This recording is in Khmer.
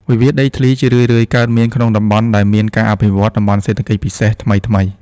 វិវាទដីធ្លីជារឿយៗកើតមាន ក្នុងតំបន់ដែលមានការអភិវឌ្ឍ "តំបន់សេដ្ឋកិច្ចពិសេស" ថ្មីៗ។